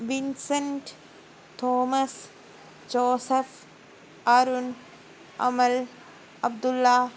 Vincent Thomas Joseph Arun Amal Abdulla